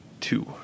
two